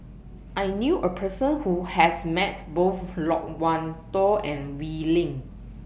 I knew A Person Who has Met Both Loke Wan Tho and Wee Lin